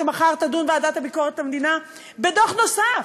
שמחר תדון הוועדה לביקורת המדינה בדוח נוסף,